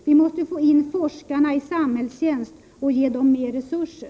Vi måste få in forskarna i samhällstjänst och ge dem mer resurser.”